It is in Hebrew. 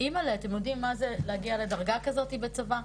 אמאל'ה אתם יודעים מה זה להגיע לדרגה כזאתי בצבא?